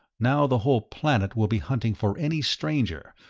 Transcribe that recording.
now the whole planet will be hunting for any stranger,